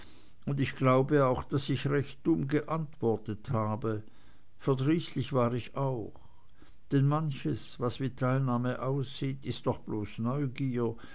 und ich glaube auch daß ich recht dumm geantwortet habe verdrießlich war ich auch denn manches was wie teilnahme aussieht ist doch bloß neugier